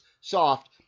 soft